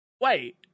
wait